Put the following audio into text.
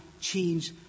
change